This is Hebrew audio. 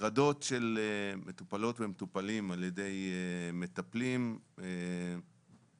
הטרדות של מטופלות ומטופלים על ידי מטפלים צריכות